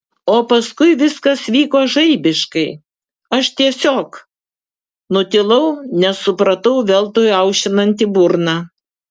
o paskui viskas vyko žaibiškai aš tiesiog nutilau nes supratau veltui aušinanti burną